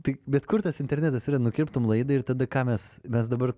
tai bet kur tas internetas yra nukirptum laidą ir tada ką mes mes dabar